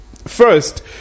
First